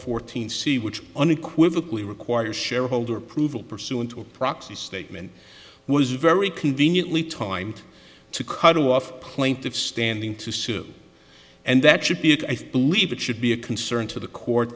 fourteen c which unequivocally require shareholder approval pursuant to a proxy statement was very conveniently timed to cut off plaintiff's standing to sue and that should be it i believe it should be a concern to the court